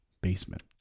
basement